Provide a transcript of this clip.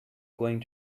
going